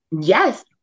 Yes